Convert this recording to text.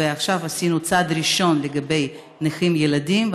עכשיו עשינו צעד ראשון לגבי נכים ילדים,